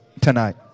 tonight